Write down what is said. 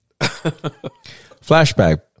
Flashback